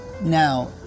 Now